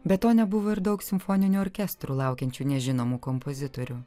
be to nebuvo ir daug simfoninių orkestrų laukiančių nežinomų kompozitorių